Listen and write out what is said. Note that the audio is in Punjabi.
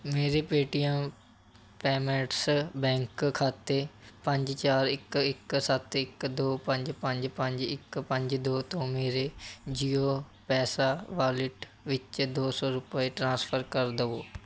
ਮੇਰੇ ਪੇਟੀਐਮ ਪੇਮੈਂਟਸ ਬੈਂਕ ਖਾਤੇ ਪੰਜ ਚਾਰ ਇੱਕ ਇੱਕ ਸੱਤ ਇੱਕ ਦੋ ਪੰਜ ਪੰਜ ਪੰਜ ਇੱਕ ਪੰਜ ਦੋ ਤੋਂ ਮੇਰੇ ਜੀਓ ਪੈਸਾ ਵਾਲਿਟ ਵਿੱਚ ਦੋ ਸੌ ਰੁਪਏ ਟ੍ਰਾਂਸਫਰ ਕਰ ਦੇਵੋ